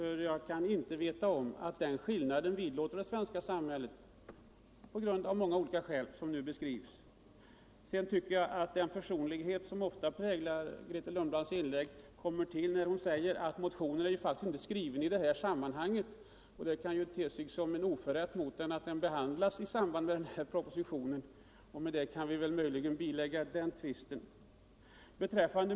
Jag känner inte till att den skillnad som nu beskrivs vidlåder det svenska samhället. Sedan tycker jag att den personlighet som ofta präglar fru Cundblads inlägg kommer till uttryck när hon säger att motionen inte är skriven i det här sammanhanget. Då kan det te sig som en oförrätt att behandla den i samband med denna proposition. Med det kan vi väl möjligen bilägga den tvisten.